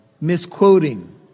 misquoting